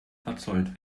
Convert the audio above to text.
verzollt